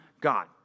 God